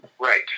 Right